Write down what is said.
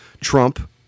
Trump